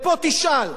פה תשאל,